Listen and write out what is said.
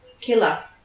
killer